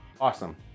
awesome